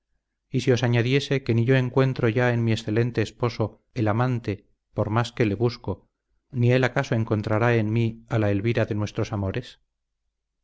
tenía dadas y si os añadiese que ni yo encuentro ya en mi excelente esposo el amante por más que le busco ni él acaso encontrará en mí a la elvira de nuestros amores